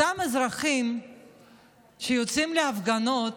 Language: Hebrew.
אותם אזרחים שיוצאים להפגנות,